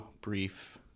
brief